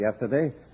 yesterday